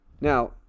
now